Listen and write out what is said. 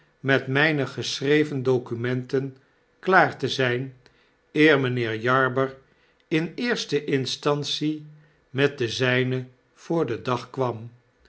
voorgenomen metmgne geschreven documenten ldaar te zijn eer mgnheer jarber in eerste instantie met de zijnen voor den dag kwam